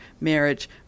marriage